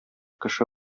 кеше